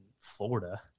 Florida